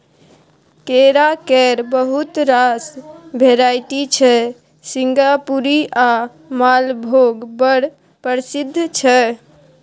केरा केर बहुत रास भेराइटी छै सिंगापुरी आ मालभोग बड़ प्रसिद्ध छै